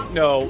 no